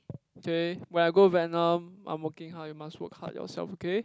okay when I go Vietnam I'm working hard you must work hard yourself okay